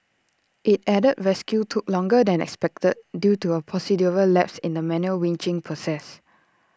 IT added rescue took longer than expected due to A procedural lapse in the manual winching process